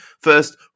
First